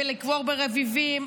ולקבור ברביבים,